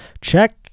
check